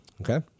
Okay